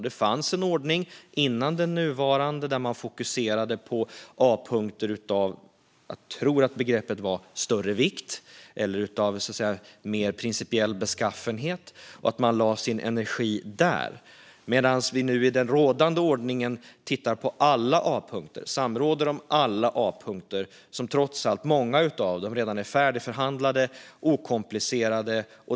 Det fanns en ordning innan den nuvarande där man fokuserade på A-punkter av vad jag tror att man kallade "större vikt" eller av mer principiell beskaffenhet, och lade sin energi där. Men i den rådande ordningen tittar man på och samråder om alla A-punkter, trots att många av dem redan är färdigförhandlade och okomplicerade.